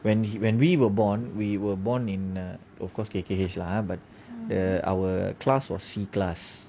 when he when we were born we were born in uh of course K_K_H lah but the our class was C class